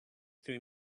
three